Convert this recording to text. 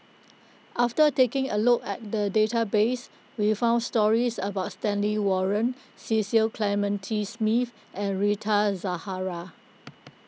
after taking a look at the database we found stories about Stanley Warren Cecil Clementi Smith and Rita Zahara